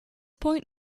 point